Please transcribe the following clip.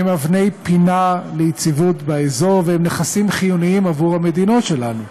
הם אבני פינה ליציבות באזור והם נכסים חיוניים עבור המדינות שלנו.